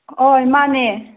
ꯍꯣꯏ ꯃꯥꯅꯦ